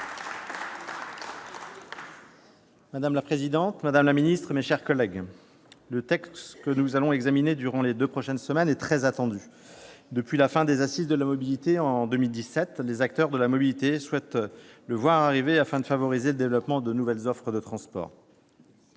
Madame la présidente, madame la ministre, mes chers collègues, le texte que nous allons examiner durant les deux prochaines semaines est très attendu. Depuis la fin des Assises nationales de la mobilité en 2017, les acteurs de la mobilité appellent au développement de nouvelles offres de transports.